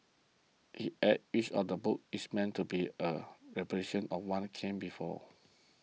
he adds each of the books is meant to be a repudiation of one came before